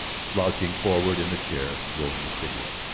slouching forward in a chair and rolling a cigarette.